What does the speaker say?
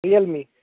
Realme